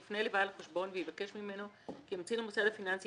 יפנה לבעל החשבון ויבקש ממנו כי ימציא למוסד הפיננסי